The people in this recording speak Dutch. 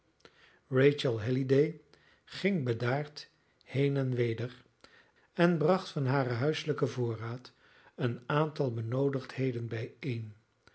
rachel halliday ging bedaard heen en weder en bracht van haren huiselijken voorraad een aantal benoodigdheden bijeen